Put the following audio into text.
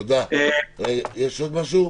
אני חושב